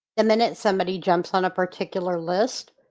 the minute somebody jumps on a particular list,